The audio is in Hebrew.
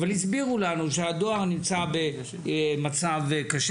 אבל הסבירו לנו שהדואר נמצא במצב קשה